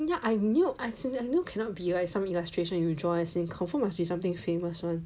ya I knew actually I knew it cannot be like some illustration you draw as in confirm must be something famous one